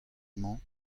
mañ